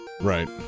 Right